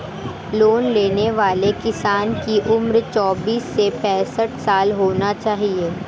loan लेने वाले किसान की उम्र चौबीस से पैंसठ साल होना चाहिए